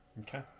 Okay